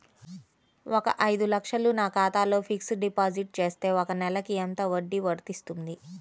ఒక ఐదు లక్షలు నా ఖాతాలో ఫ్లెక్సీ డిపాజిట్ చేస్తే ఒక నెలకి ఎంత వడ్డీ వర్తిస్తుంది?